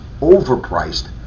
overpriced